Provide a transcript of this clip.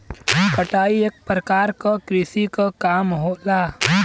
कटाई एक परकार क कृषि क काम होला